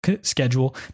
schedule